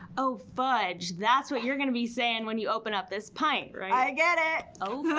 oh, fudge. that's what you're gonna be saying when you open up this pint, right? i get it. oh,